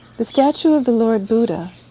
the statue of the lord buddha,